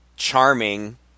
Charming